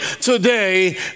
today